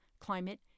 climate